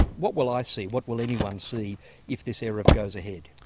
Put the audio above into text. what will i see? what will anyone see if this eruv goes ahead?